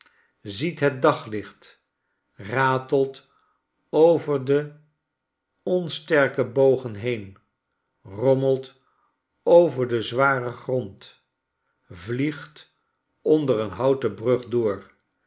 ziet het daglicht ratelt over de onsterke bogen heen rommelt over den zwaren grond vliegt onder een houten brug door